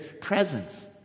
presence